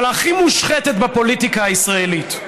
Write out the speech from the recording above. אבל הכי מושחתת בפוליטיקה הישראלית: